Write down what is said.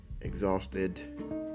exhausted